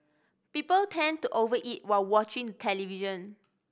people tend to over eat while watching television